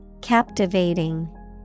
Captivating